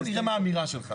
אנחנו נראה מה האמירה שלך.